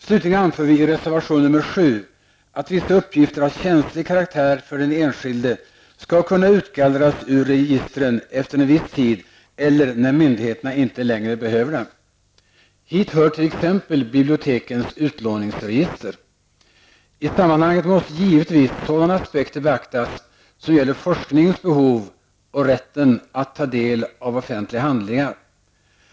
Slutligen anför vi i reservation nr 7, att vissa uppgifter av känslig karaktär för den enskilde skall kunna utgallras ur registren efter en viss tid eller när myndigheterna inte längre behöver dem. Hit hör t.ex. bibliotekens utlåningsregister. I sammanhanget måste givetvis sådana aspekter beaktas som gäller forskningens behov och rätten att ta del av offentliga handlingar.